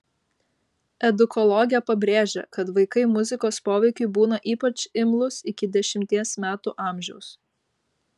edukologė pabrėžia kad vaikai muzikos poveikiui būna ypač imlūs iki dešimties metų amžiaus